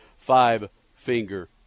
five-finger